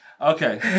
Okay